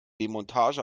demontage